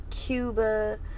Cuba